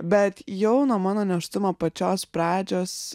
bet jau nuo mano nėštumo pačios pradžios